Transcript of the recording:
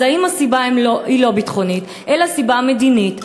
אז האם הסיבה היא לא ביטחונית אלא מדינית?